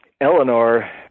Eleanor